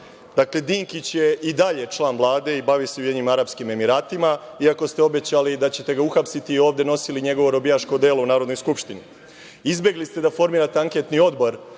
Vlade. Dakle, Dinkić je i dalje član Vlade i bavi se Ujedinjenim Arapskim Emiratima, iako ste obećali da ćete ga uhapsiti i ovde nosili njegovo robijaško odelo u Narodnoj skupštini. Izbegli ste da formirate anketni odbor,